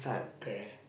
correct